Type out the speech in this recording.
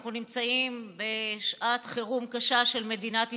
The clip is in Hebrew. אנחנו נמצאים בשעת חירום קשה של מדינת ישראל,